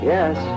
Yes